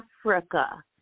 Africa